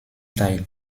teil